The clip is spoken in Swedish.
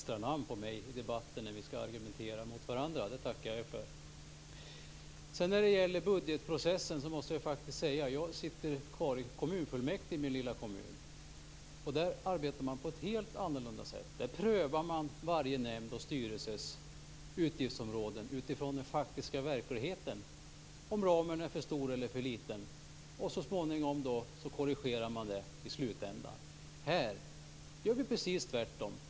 Fru talman! Först vill jag gratulera Lennart Nilsson för att det är första gången han inte använder några extranamn på mig när vi skall argumentera mot varandra i debatten. Det tackar jag för. Jag sitter kvar i kommunfullmäktige i min lilla kommun. Där arbetar man på ett helt annat sätt när det gäller budgetprocessen. Man prövar varje nämnds och styrelses utgiftsområden utifrån den faktiska verkligheten. Man ser om ramen är för stor eller för liten. Så småningom korrigerar man det hela i slutändan. Här gör vi precis tvärtom.